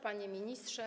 Panie Ministrze!